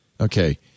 Okay